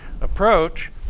approach